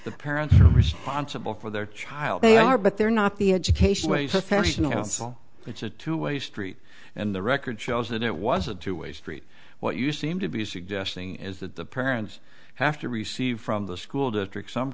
the parents are responsible for their child they are but they're not the education a sufficient it's a two way street and the record shows that it was a two way street what you seem to be suggesting is that the parents have to receive from the school district some